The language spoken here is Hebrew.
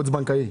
חוץ-בנקאי.